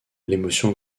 l’émotion